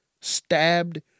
stabbed